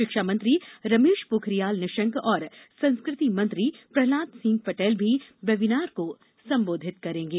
शिक्षा मंत्री रमेश पोखरियाल निशंक और संस्कृति मंत्री प्रहलाद सिंह पटेल भी वेबिनार को संबोधित करेंगे